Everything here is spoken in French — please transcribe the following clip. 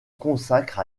consacre